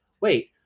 wait